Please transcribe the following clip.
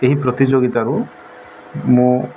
ଏହି ପ୍ରତିଯୋଗିତାରୁ ମୁଁ